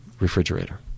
refrigerator